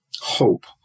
hope